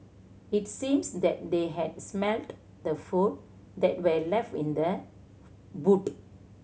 it seems that they had smelt the food that were left in the boot